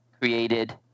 created